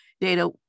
data